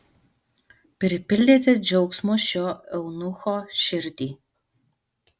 pripildėte džiaugsmo šio eunucho širdį